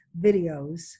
videos